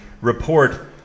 report